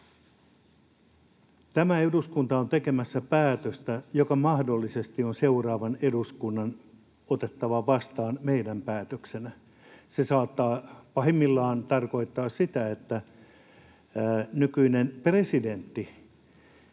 Tämä eduskunta on tekemässä päätöstä, jonka mahdollisesti seuraavan eduskunnan on otettava vastaan meidän päätöksenä. Se saattaa pahimmillaan tarkoittaa sitä, että nykyinen presidentti